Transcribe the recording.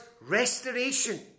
restoration